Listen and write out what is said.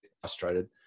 frustrated